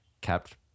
kept